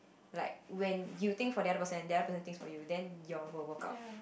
like when you think for the other then and the other person thinks for you then you all will work out